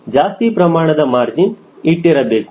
ಯಾವತ್ತೂ ಜಾಸ್ತಿ ಪ್ರಮಾಣದ ಮಾರ್ಜಿನ್ ಇಟ್ಟಿರಬೇಕು